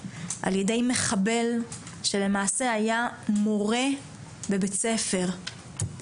ע"י מחבל שלמעשה היה מורה בבית ספר.